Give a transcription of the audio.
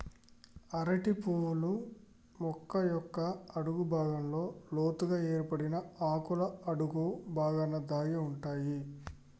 అరటి పువ్వులు మొక్క యొక్క అడుగు భాగంలో లోతుగ ఏర్పడి ఆకుల అడుగు బాగాన దాగి ఉంటాయి